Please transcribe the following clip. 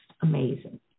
amazing